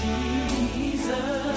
Jesus